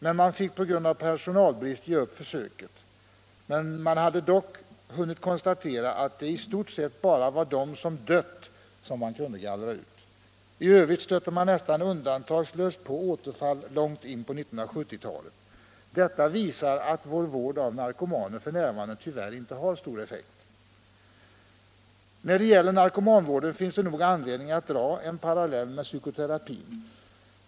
Man fick på grund av personalbrist ge upp det försöket, men man hann dock konstatera att det i stort sett bara var de som dött som kunde gallras ut. I övrigt stötte man nästan undantagslöst på återfall långt in på 1970-talet. Detta visar att vår vård av narkomaner f.n. tyvärr inte har stor effekt. När det gäller narkomanvården finns det nog anledning att dra en parallell med psykoterapin.